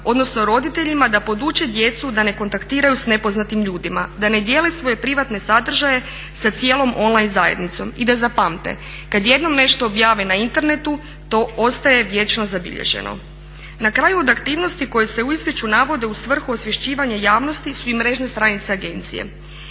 odnosno roditeljima da poduče djecu da ne kontaktiraju s nepoznatim ljudima, da ne dijele svoje privatne sadržaje sa cijelom online zajednicom. I da zapamte, kad jednom nešto objave na internetu to ostaje vječno zabilježeno. Na kraju od aktivnosti koje se u izvješću navode u svrhu osvješćivanja javnosti su i mrežne stranice agencije.